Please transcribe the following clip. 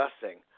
discussing